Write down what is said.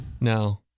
No